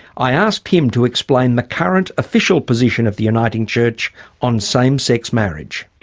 i asked him to explain the current official position of the uniting church on same-sex marriage.